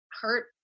hurt